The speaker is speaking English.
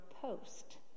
Post